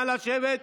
נא לשבת.